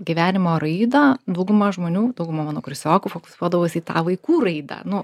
gyvenimo raidą dauguma žmonių dauguma mano kursiokų fokusuodavosi į tą vaikų raidą nu